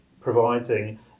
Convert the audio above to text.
providing